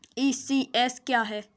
ECS क्या है?